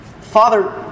Father